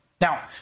Now